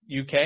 UK